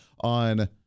on